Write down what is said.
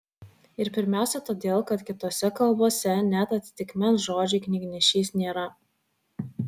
ir pirmiausia todėl kad kitose kalbose net atitikmens žodžiui knygnešys nėra